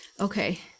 okay